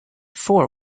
four